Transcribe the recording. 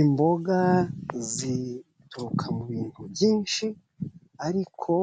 Imboga zituruka mu bintu byinshi, ariko